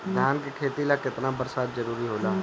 धान के खेती ला केतना बरसात जरूरी होला?